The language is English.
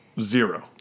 Zero